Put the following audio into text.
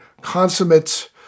consummate